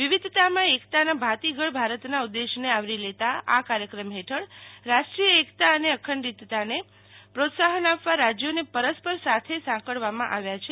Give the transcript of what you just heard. વિવિધતામાં એકતાના ભાતીગળ ભારતના ઉદેશ્યને આવરી લેતા આ કાર્યક્રમ ફેઠળ રાષ્ટ્રીય એકતા અને અખંડીતાને પ્રોત્સાન આપવા રાજયોને પરસ્પર સાથે સંકળવામાં આવ્યા છે